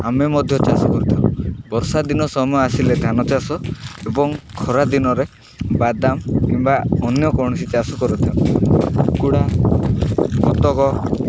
ଆମେ ମଧ୍ୟ ଚାଷ କରିଥାଉ ବର୍ଷା ଦିନ ସମୟ ଆସିଲେ ଧାନ ଚାଷ ଏବଂ ଖରାଦିନରେ ବାଦାମ କିମ୍ବା ଅନ୍ୟ କୌଣସି ଚାଷ କରିଥାଉ କୁକୁଡ଼ା ବତକ